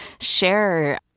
share